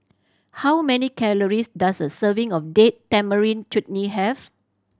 how many calories does a serving of Date Tamarind Chutney have